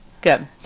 good